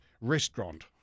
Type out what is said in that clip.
restaurant